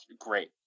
great